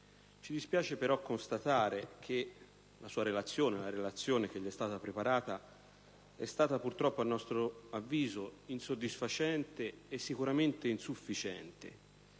ci dispiace però constatare che la relazione che le è stata preparata è stata purtroppo, a nostro avviso, insoddisfacente e sicuramente insufficiente.